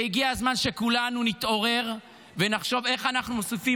והגיע הזמן שכולנו נתעורר ונחשוב איך אנחנו מוסיפים